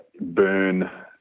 burn